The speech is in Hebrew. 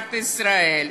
מדינת ישראל.